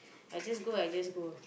I just go I just go